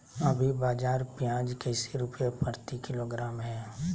अभी बाजार प्याज कैसे रुपए प्रति किलोग्राम है?